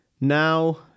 Now